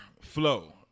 flow